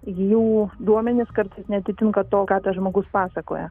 jų duomenys kartais neatitinka to ką tas žmogus pasakoja